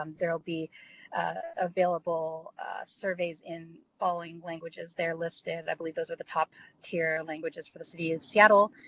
um there will be available surveys in following languages. they are listed. i believe those are the top tier languages for the city of seattle.